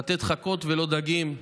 לתת חכות ולא דגים,